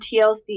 TLC